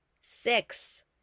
Six